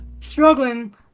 struggling